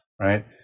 right